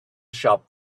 shop